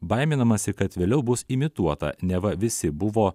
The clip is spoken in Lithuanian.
baiminamasi kad vėliau bus imituota neva visi buvo